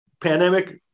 pandemic